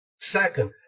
Second